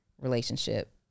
relationship